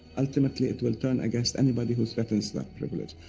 ultimately, it will turn against anybody who's against that privilege,